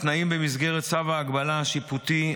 התנאים במסגרת צו ההגבלה השיפוטי.